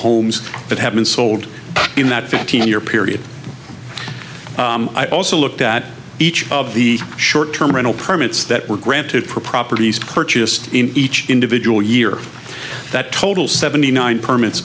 homes that have been sold in that fifteen year period i also looked at each of the short term rental permits that were granted for properties purchased in each individual year that total seventy nine permits